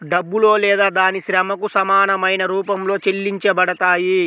డబ్బులో లేదా దాని శ్రమకు సమానమైన రూపంలో చెల్లించబడతాయి